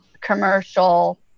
commercial